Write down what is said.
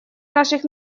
наших